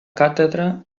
càtedra